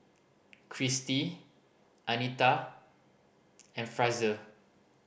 Kirstie Anita and Frazier